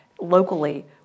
locally